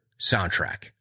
soundtrack